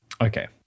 Okay